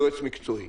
כיועץ מקצועי.